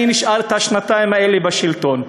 אני נשאר את השנתיים האלה בשלטון.